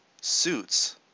suits